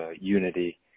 unity